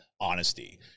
honesty